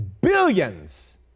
billions